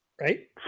Right